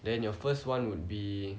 then your first one would be